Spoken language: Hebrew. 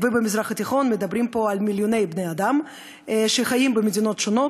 ובמזרח התיכון מדברים פה על מיליוני בני-אדם שחיים במדינות שונות,